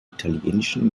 italienischen